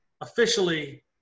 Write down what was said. officially